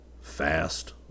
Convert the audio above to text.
fast